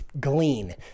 glean